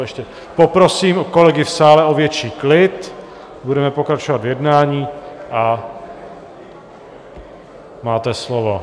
Ještě poprosím kolegy v sále o větší klid, budeme pokračovat v jednání, a máte slovo.